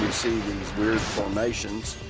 see these weird formations,